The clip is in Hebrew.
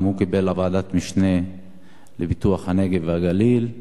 הוא קיבל מינוי לוועדת משנה לפיתוח הנגב והגליל.